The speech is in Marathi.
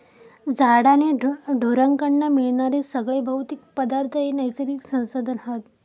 झाडा आणि ढोरांकडना मिळणारे सगळे भौतिक पदार्थ हे नैसर्गिक संसाधन हत